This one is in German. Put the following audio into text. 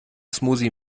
smoothie